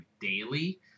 daily